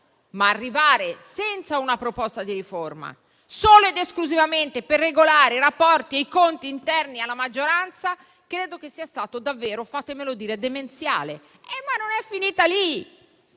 ma arrivare senza una proposta di riforma, solo ed esclusivamente per regolare i rapporti e i conti interni alla maggioranza credo che sia stato davvero - lasciatemelo dire - demenziale. Ma non è finita lì,